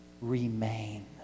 remain